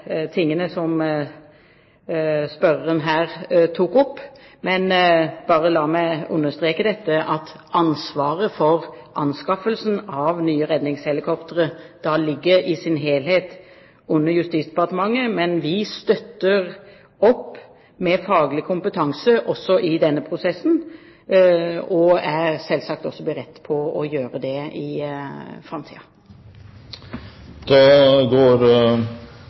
som spørreren her tok opp. La meg bare understreke at ansvaret for anskaffelsen av nye redningshelikoptre i sin helhet ligger under Justisdepartementet, men vi støtter opp med faglig kompetanse også i denne prosessen og er selvsagt også beredt på å gjøre det i